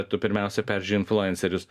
tu pirmiausia peržiūri influencerius